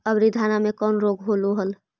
अबरि धाना मे कौन रोग हलो हल?